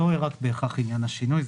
זה לא רק בהכרח עניין השינוי,